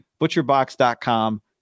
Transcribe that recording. ButcherBox.com